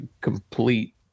complete